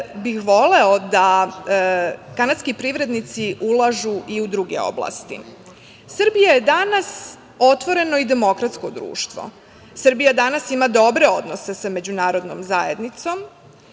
bi voleo da kanadski privrednici ulažu i u druge oblasti. Srbija je danas otvoreno i demokratsko društvo. Srbija danas ima dobre odnose sa međunarodnom zajednicom